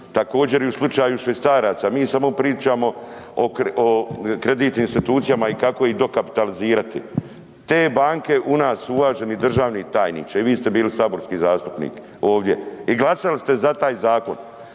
Također i u slučaju švicaraca, mi samo pričamo o kreditnim institucijama i kako ih dokapitalizirati. Te banke u nas, uvaženi državni tajniče i vi ste bili saborski zastupnik ovdje i glasali ste za taj zakon,